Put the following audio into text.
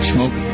Smoke